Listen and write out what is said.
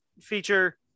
feature